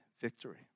victory